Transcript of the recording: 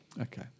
okay